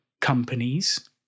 companies